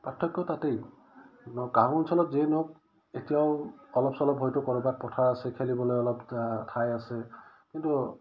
পাৰ্থক্য তাতেই গাঁও অঞ্চলত যিয়ে নহওক এতিয়াও অলপ চলপ হয়তো ক'ৰবাত পথাৰ আছে খেলিবলৈ অলপ ঠাই আছে কিন্তু